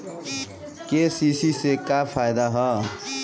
KCC से का फायदा ह?